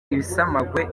ibisamagwe